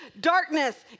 darkness